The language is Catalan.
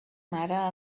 mare